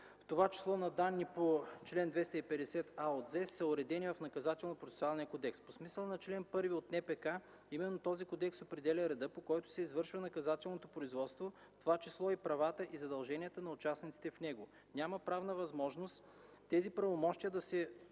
(в това число на данните по чл. 250а от ЗЕС) са уредени в Наказателнопроцесуалния кодекс. По смисъла на чл. 1 от НПК именно този кодекс определя реда, по който се извършва наказателното производство, в това число и правата и задълженията на участниците в него. Няма правна възможност тези правомощия да се